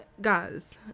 guys